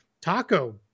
Taco